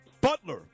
Butler